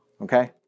Okay